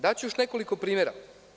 Daću još nekoliko primera.